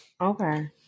okay